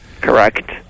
Correct